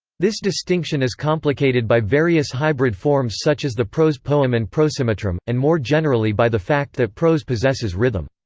this distinction is complicated by various hybrid forms such as the prose poem and prosimetrum, and more generally by the fact that prose possesses rhythm.